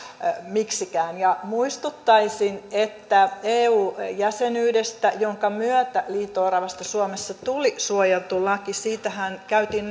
miksikään ja muistuttaisin eu jäsenyydestä jonka myötä liito oravasta suomessa tuli suojeltu laki siitähän käytiin